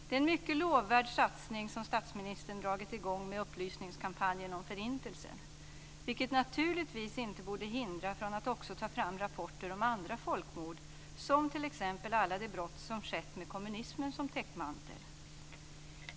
Det är en mycket lovvärd satsning som statsministern dragit i gång med upplysningskampanjen om Förintelsen, vilket naturligtvis inte borde hindra från att också ta fram rapporter om andra folkmord, t.ex. alla de brott som skett med kommunismen som täckmantel.